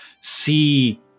see